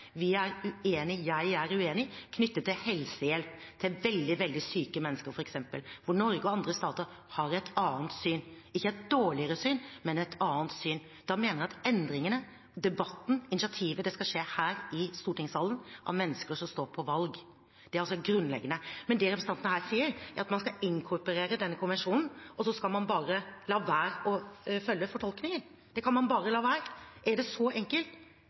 Jeg er uenig knyttet til helsehjelp til veldig, veldig syke mennesker, f.eks., hvor Norge og andre stater har et annet syn – ikke et dårligere syn, men et annet syn. Da mener jeg at endringene, debatten, initiativet skal skje her i stortingssalen av mennesker som står på valg. Det er grunnleggende. Men det representanten her sier, er at man skal inkorporere denne konvensjonen, og så skal man bare la være å følge fortolkningen – det kan man bare la være. Er det så enkelt?